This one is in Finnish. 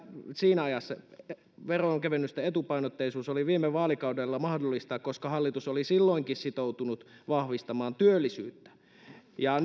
siinä ajassa veronkevennysten etupainotteisuus oli viime vaalikaudella mahdollista koska hallitus oli silloinkin sitoutunut vahvistamaan työllisyyttä ja